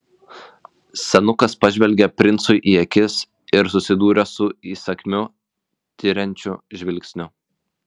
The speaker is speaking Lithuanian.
senukas pažvelgė princui į akis ir susidūrė su įsakmiu tiriančiu žvilgsniu